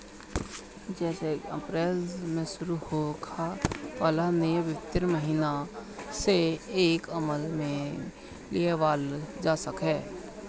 जेसे अप्रैल से शुरू होखे वाला नया वित्तीय महिना से एके अमल में लियावल जा सके